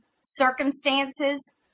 circumstances